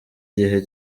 gihe